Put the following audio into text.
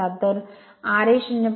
तर ra 0